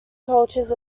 cultures